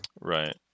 Right